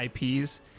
IPs